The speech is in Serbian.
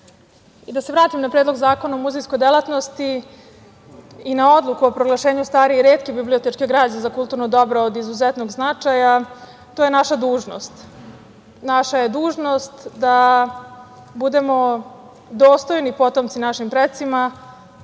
se vratim na Predlog zakona o muzejskoj delatnosti i na Odluku o proglašenju stare i retke bibliotečke građe za kulturno dobro od izuzetnog značaja. To je naša dužnost. Naša je dužnost da budemo dostojni potomci našim precima,